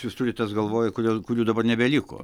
jūs turite tas galvoje kodėl kurių dabar nebeliko